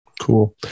Cool